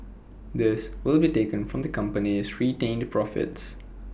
this will be taken from the company's retained the profits